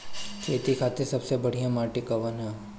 खेती खातिर सबसे बढ़िया माटी कवन ह?